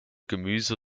gemüse